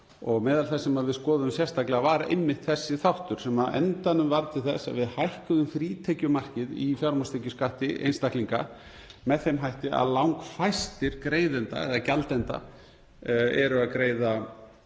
meðal þess sem við skoðuðum sérstaklega var einmitt þessi þáttur sem á endanum varð til þess að við hækkuðum frítekjumarkið í fjármagnstekjuskatti einstaklinga með þeim hætti að langfæstir greiðenda eða gjaldenda eru að greiða